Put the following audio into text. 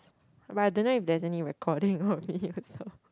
but I don't know if there's any recording for me also